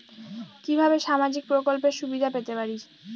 কিভাবে সামাজিক প্রকল্পের সুবিধা পেতে পারি?